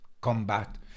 combat